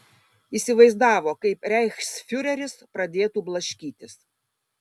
įsivaizdavo kaip reichsfiureris pradėtų blaškytis